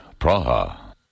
Praha